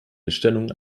bestellung